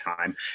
time